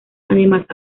además